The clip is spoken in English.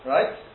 Right